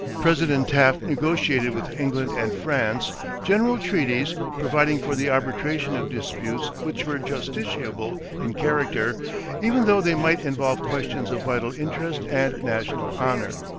president taft negotiated with england and france general treaties providing for the arbitration of disputes which were justiciable in character even though they might involve questions of vital interest and national honor.